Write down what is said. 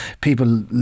people